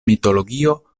mitologio